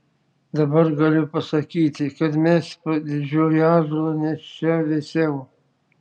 dabar galiu pasakyti kad mes po didžiuoju ąžuolu nes čia vėsiau